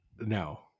No